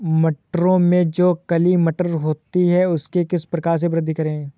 मटरों में जो काली मटर होती है उसकी किस प्रकार से वृद्धि करें?